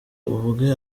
ubwe